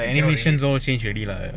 the animations all change already lah